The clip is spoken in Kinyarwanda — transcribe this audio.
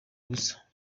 ubusa